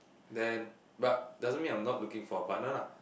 then but doesn't means I'm not looking for a partner lah